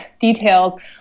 details